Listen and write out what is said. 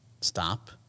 Stop